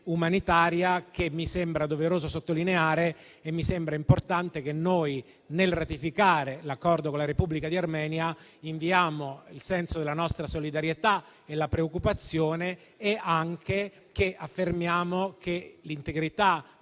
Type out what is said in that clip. umanitaria, che mi sembra doveroso sottolineare. Mi sembra altresì importante che noi, nel ratificare l'Accordo con la Repubblica d'Armenia, inviamo il senso della nostra solidarietà e preoccupazione e affermiamo che l'integrità